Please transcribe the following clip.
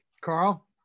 Carl